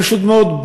פשוט מאוד,